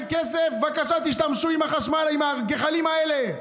להם: אין לכם כסף, בבקשה, תשתמשו בגחלים האלה.